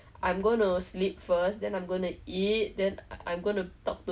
familiar or what I remember I packed my medicine in the wrong